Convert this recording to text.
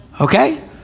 Okay